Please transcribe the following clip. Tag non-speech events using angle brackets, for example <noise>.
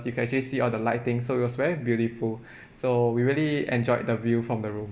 you can actually see all the lighting so it was very beautiful <breath> so we really enjoyed the view from the room